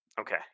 Okay